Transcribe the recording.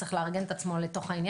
צריך לארגן את עצמו לזה.